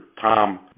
Tom